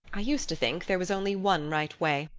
i used to think there was only one right way.